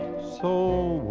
so